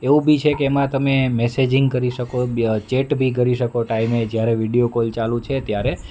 એવું બી છે કે એમાં તમે મેસેજિંગ કરી શકો ચેટ બી કરી શકો ટાઈમે જ્યારે વીડિયો કોલ ચાલુ છે ત્યારે